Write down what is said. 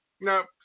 nope